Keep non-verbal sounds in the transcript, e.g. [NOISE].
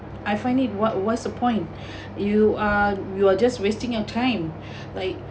I find it what what's the point [BREATH] you are you're just wasting your time [BREATH] like